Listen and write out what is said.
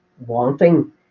wanting